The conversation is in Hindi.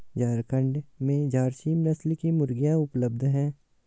झारखण्ड में झारसीम नस्ल की मुर्गियाँ उपलब्ध है